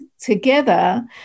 together